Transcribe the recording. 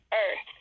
earth